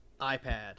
iPad